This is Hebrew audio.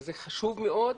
זה חשוב מאוד,